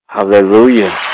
Hallelujah